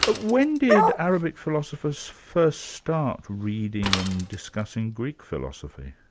ah when did arab philosophers first start reading and discussing greek philosophy?